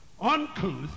uncouth